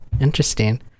interesting